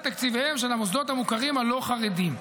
תקציביהם של המוסדות המוכרים הלא-חרדים.